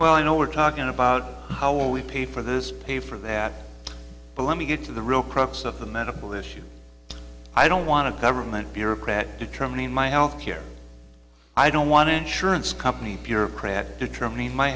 well i know we're talking about how we pay for this pay for that but let me get to the real crux of the medical issue i don't want to government bureaucrat determining my health care i don't want to insurance company bureaucrats determining my